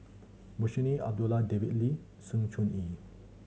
Munshi Abdullah David Lee Sng Choon Yee